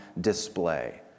display